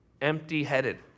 empty-headed